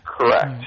Correct